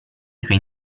suoi